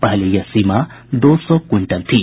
पहले यह सीमा दो सौ क्विंटल थी